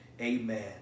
amen